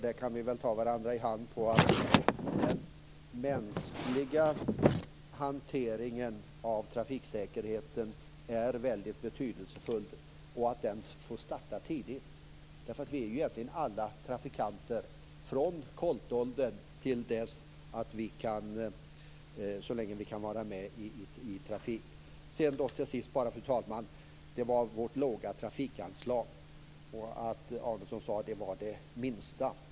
Vi kan väl ta varandra i hand på att den mänskliga hanteringen av trafiksäkerheten är väldigt betydelsefull. Det är viktigt att den får starta tidigt. Vi är ju egentligen alla trafikanter från koltåldern och så länge vi kan vara med i trafiken. Till sist gällde det vårt låga trafikanslag. Arnesson sade att det var det minsta.